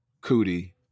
Cootie